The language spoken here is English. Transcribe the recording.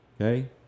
okay